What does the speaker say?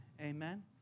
Amen